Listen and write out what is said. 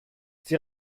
sie